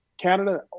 Canada